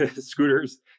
scooters